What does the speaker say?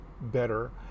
better